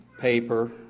paper